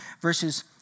verses